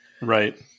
Right